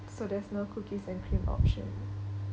so there's no cookies and cream option